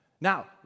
Now